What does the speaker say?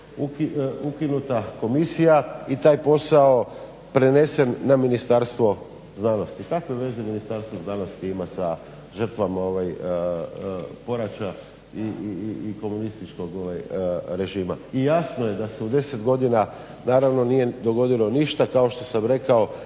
ukinuta komisija i taj posao prenesen na Ministarstvo znanosti. Kakve veze Ministarstvo znanosti ima sa žrtvama poraća i komunističkog režima? I jasno je da se u 10 godina, naravno nije dogodilo ništa kao što sam rekao